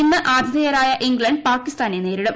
ഇന്ന് ആതിഥേയരായ ഇംഗ്ലണ്ട് പാകിസ്ഥാനെ നേരിടും